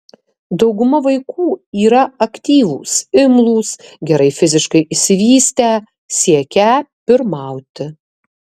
dauguma vaikų yra aktyvūs imlūs gerai fiziškai išsivystę siekią pirmauti